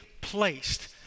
placed